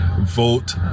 vote